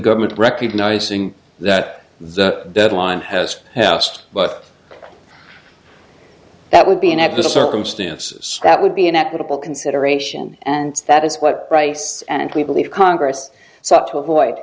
government recognizing that the deadline has passed but that would be an at the circumstances that would be an equitable consideration and that is what price and we believe congress so to avoid